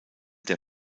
der